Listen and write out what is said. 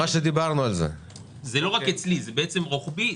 תשתיות בארגונים שדואגים לרווחת בעלי החיים.